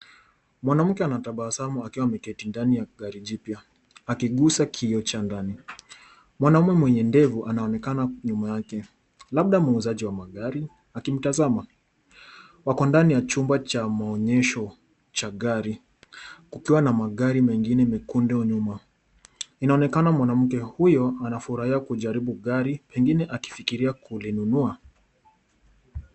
Mwanamke anatabasamu akiwa ameketi ndani ya gari jipya akigusa kioo cha ndani. Mwanaume mwenye ndevu anaonekana nyuma yake labda muuzaji wa magari akimtazama. Wako ndani ya chumba cha maonyesho cha gari kukiwa na magari mengine mekundu nyuma. Inaonekana mwanamke huyo anafurahia kujaribu gari pengine akifikiria kulinunua.